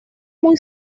muy